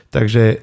Takže